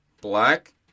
Black